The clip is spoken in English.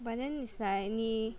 but then it's like 你